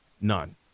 None